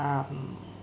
um